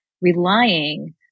relying